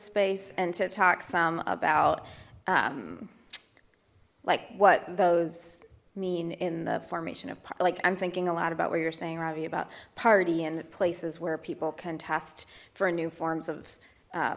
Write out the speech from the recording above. space and to talk some about like what those mean in the formation of like i'm thinking a lot about what you're saying ravi about party and places where people can test for new forms of